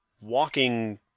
walking